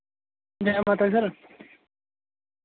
जै माता दी सर